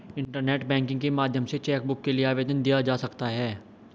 internet banking के माध्यम से चैकबुक के लिए आवेदन दिया जा सकता है